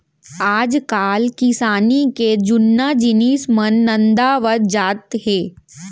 आजकाल किसानी के जुन्ना जिनिस मन नंदावत जात हें